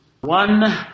One